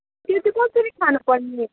त्यो चाहिँ कसरी खानुपर्ने